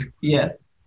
Yes